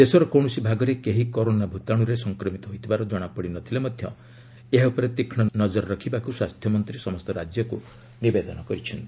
ଦେଶର କୌଣସି ଭାଗରେ କେହି କରୋନା ଭୂତାଣ୍ରରେ ସଂକ୍ରମିତ ହୋଇଥିବାର ଜଣାପଡ଼ି ନଥିଲେ ମଧ୍ୟ ଏହା ଉପରେ ତୀକ୍ଷ ଦୂଷ୍ଟି ରଖିବାକୁ ସ୍ୱାସ୍ଥ୍ୟ ମନ୍ତ୍ରୀ ସମସ୍ତ ରାଜ୍ୟକୁ ନିବେଦନ କରିଛନ୍ତି